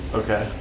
okay